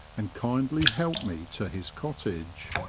and kindly helped me to his cottage.